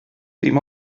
dim